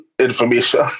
information